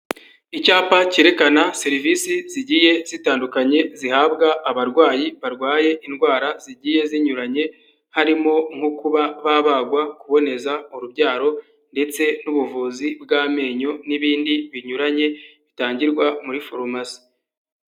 Icyapa cyerekana serivisi zigiye zitandukanye zihabwa abarwayi barwaye indwara zigiye zinyuranye, harimo nko kuba babagwa, kuboneza urubyaro ndetse n'ubuvuzi bw'amenyo, n'ibindi binyuranye bitangirwa muri farumasi.